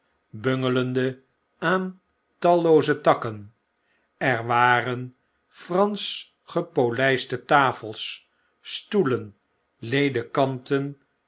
bungelende aan tallooze takken er waren pransch gepolijste tafels stoelen ledekanten